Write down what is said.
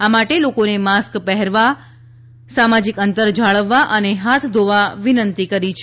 આ માટે લોકોને માસ્ક પહેરવા બે મીટર સામાજિક અંતર જાળવવા અને હાથ ધોવા વિનંતી કરી છે